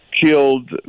killed